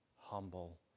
humble